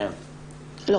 לא,